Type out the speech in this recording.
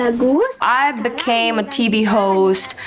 ah i became a tv host.